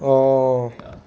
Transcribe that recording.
oh